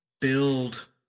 build